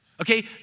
Okay